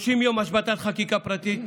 30 יום השבתת חקיקה פרטית,